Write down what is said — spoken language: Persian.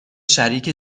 شریک